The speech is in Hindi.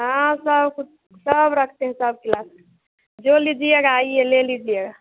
हाँ सब कुछ सब रखते हैं सब किलास जो लीजिएगा आइए ले लीजिएगा